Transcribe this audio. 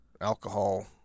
alcohol